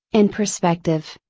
in perspective.